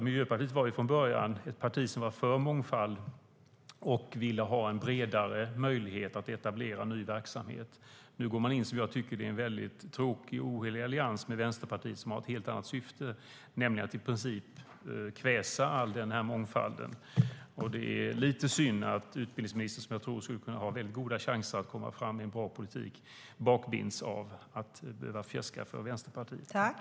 Miljöpartiet var ju från början ett parti som var för mångfald och ville ha en bredare möjlighet att etablera ny verksamhet. Nu går man in, som jag tycker, i en väldigt tråkig och ohelig allians med Vänsterpartiet, som har ett helt annat syfte, nämligen att i princip kväsa all denna mångfald. Det är lite synd att utbildningsministern, som jag tror skulle kunna ha väldigt goda chanser att komma fram med en bra politik, bakbinds av att behöva fjäska för Vänsterpartiet.